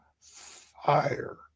fire